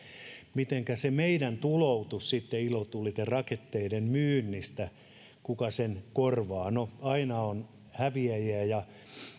mitenkä se meidän tuloutus sitten ilotuliterakettien myynnistä kuka sen korvaa no aina on häviäjiä ja